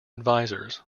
advisors